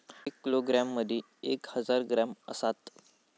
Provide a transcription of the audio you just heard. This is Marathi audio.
एक किलोग्रॅम मदि एक हजार ग्रॅम असात